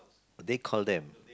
they call them